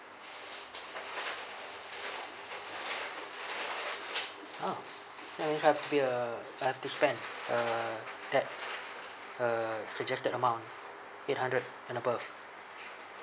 oh that means I have to be uh I have to spend uh that uh suggested amount eight hundred and above